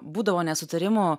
būdavo nesutarimų